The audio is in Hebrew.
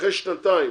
אחרי שנתיים